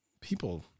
people